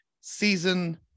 Season